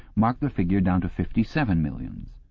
marked the figure down to fifty-seven millions,